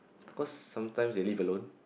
cause sometimes they live alone